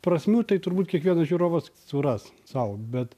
prasmių tai turbūt kiekvienas žiūrovas suras sau bet